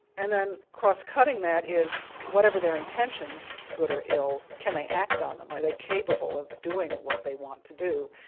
and then cross cutting that is whatever their intentions, good or ill, can they act on them, are they capable of doing what they want to do.